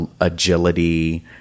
Agility